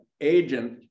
agent